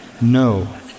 no